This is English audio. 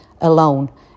alone